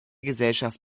gesellschaft